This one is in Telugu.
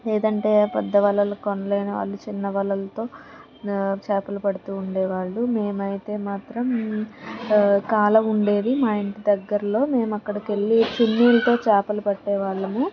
లేదంటే పెద్ద వలలు కొనలేని వాళ్ళు చిన్న వలలతో చేపలు పడుతు ఉండే వాళ్ళు మేం అయితే మాత్రం కాలవ ఉండేది మా ఇంటి దగ్గరలో మేము అక్కడికి వెళ్ళి చున్నీలతో చేపలు పట్టేవాళ్ళము